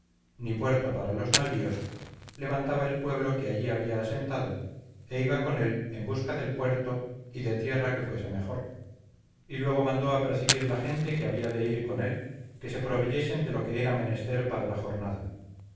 ni puerto para los navíos levantaba el pueblo que allí había asentado e iba con él en busca del puerto y de tierra que fuese mejor y luego mandó apercibir la gente que había de ir con él que se proveyesen de lo que era menester para la jornada